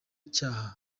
cyaha